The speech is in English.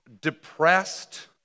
depressed